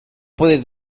puedes